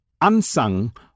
unsung